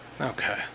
Okay